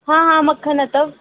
हा हा मखणु अथव